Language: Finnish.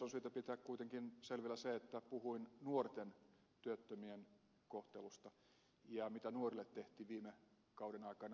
on syytä pitää kuitenkin selvillä se että puhuin nuorten työttömien kohtelusta ja siitä mitä nuorille tehtiin viime kauden aikana